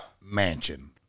mansion